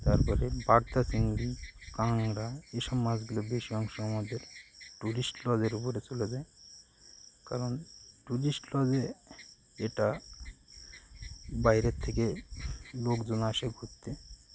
তারপরে বাগদা চিংড়ি কাঁকড়া এসব মাছগুলো বেশি অংশে আমাদের টুরিস্ট লজের উপরে চলে যায় কারণ টুরিস্ট লজে এটা বাইরের থেকে লোকজন আসে ঘুরতে